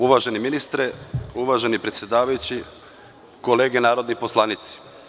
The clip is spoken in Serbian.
Uvaženi ministre, uvaženi predsedavajući, kolege narodni poslanici.